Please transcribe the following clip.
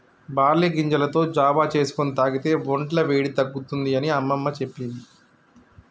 barley గింజలతో జావా చేసుకొని తాగితే వొంట్ల వేడి తగ్గుతుంది అని అమ్మమ్మ చెప్పేది